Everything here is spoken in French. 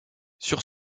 sur